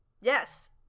Yes